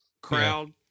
crowd